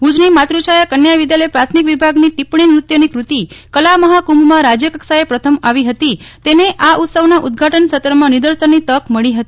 ભુજની માતૃછાયા કન્યા વિદ્યાલય પ્રાથમિક વિભાગની ટીપણી નૃત્યની ફતિ કલામફાકુંભમાં રાજ્યકક્ષાએ પ્રથમ આવી હતી તેને આ ઉત્સવના ઉદ્દઘાટન સત્રમાં નિદર્શનની તક મળી હતી